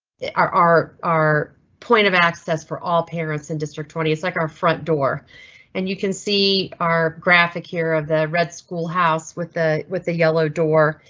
our our our point of access for all parents in district twenty. it's like our front door and you can see our graphic here of the red schoolhouse with the with the yellow door.